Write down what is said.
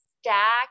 Stack